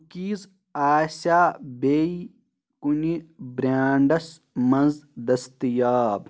Cookies آسیا بیٚیہِ کُنہِ بریٚنڈس مَنٛز دٔستِیاب؟